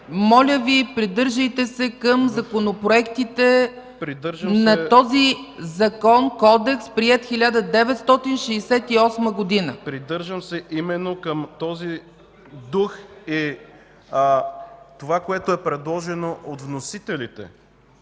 Моля Ви, придържайте се към законопроектите по този Закон, Кодекс, приет 1968 г. ФИЛИП ПОПОВ: Придържам се именно към този дух и това, което е предложено от вносителите.